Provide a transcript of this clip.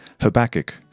Habakkuk